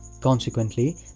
Consequently